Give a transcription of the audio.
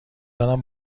دارم